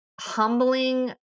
humbling